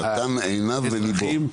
"נתן עיניו וליבו".